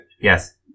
Yes